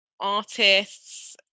Artists